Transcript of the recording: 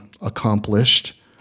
accomplished